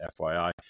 FYI